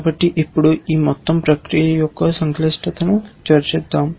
కాబట్టి ఇప్పుడు ఈ మొత్తం ప్రక్రియ యొక్క సంక్లిష్టతను చర్చిద్దాం